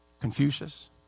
Confucius